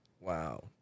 Wow